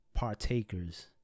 partakers